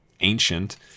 ancient